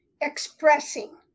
expressing